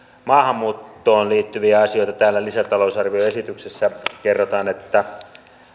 maahanmuuttoon liittyviä asioita täällä lisätalousarvioesityksessä kerrotaan että